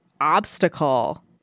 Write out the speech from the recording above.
obstacle